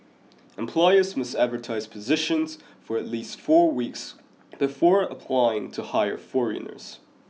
employers must advertise positions for at least four weeks before applying to hire foreigners